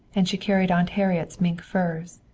and she carried aunt harriet's mink furs,